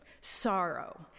Sorrow